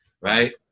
right